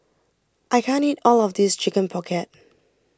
I can't eat all of this Chicken Pocket